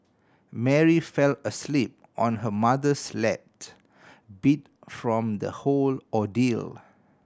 Mary fell asleep on her mother's beat from the whole ordeal